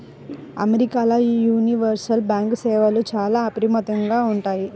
అమెరికాల universal bank సేవలు చాలా అపరిమితంగా ఉంటాయి